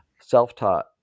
self-taught